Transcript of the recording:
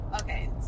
Okay